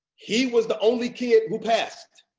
he was the only kid who passed.